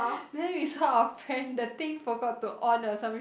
then we saw our friend the thing forgot to on or some